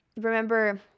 remember